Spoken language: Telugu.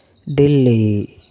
ఢిల్లీ